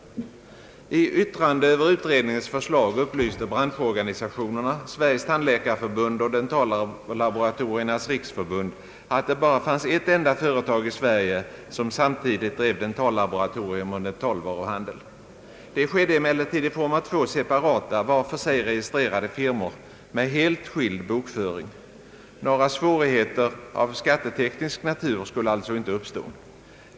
I yttrandet över utredningens förslag upplyste branschorganisationerna — Sveriges tandläkarförbund och Dentallaboratoriernas riksförbund — att det bara fanns ett enda företag i Sverige som samtidigt drev dentallaboratorium och dentalvaruhandel. Det skedde emellertid i form av två separata, var för sig registrerade firmor med helt skild bokföring. Några svårigheter av skatteteknisk natur skulle alltså inte uppstå.